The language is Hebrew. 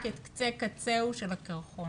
רק את קצה קצהו של הקרחון.